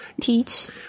teach